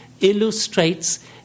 illustrates